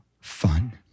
fun